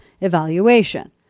evaluation